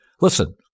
Listen